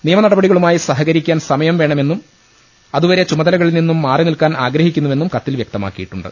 നിയമനടപടികളുമായി സഹ കരിക്കാൻ സമയം വേണമെന്നും അതുവരെ ചുമതലകളിൽ നിന്നും മാറി നിൽക്കാൻ ആഗ്രഹിക്കുന്നുവെന്നും കത്തിൽ വ്യക്ത മാക്കിയിട്ടുണ്ട്